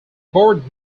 board